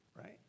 right